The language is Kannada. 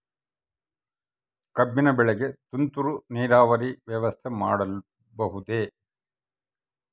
ಕಬ್ಬಿನ ಬೆಳೆಗೆ ತುಂತುರು ನೇರಾವರಿ ವ್ಯವಸ್ಥೆ ಮಾಡಬಹುದೇ?